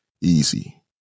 easy